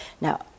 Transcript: Now